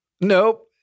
nope